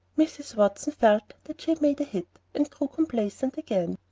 mrs. watson felt that she had made a hit, and grew complacent again.